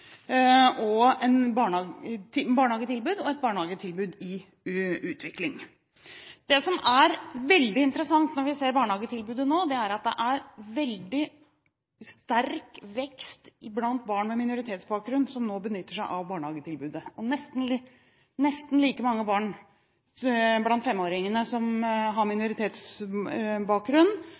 et godt nok barnehagetilbud og et barnehagetilbud i utvikling. Det som er veldig interessant når vi ser på barnehagetilbudet nå, er at det er en veldig sterk vekst blant barn med minoritetsbakgrunn som nå benytter seg av barnehagetilbudet. Det er nesten like mange barn blant 5-åringene som har minoritetsbakgrunn,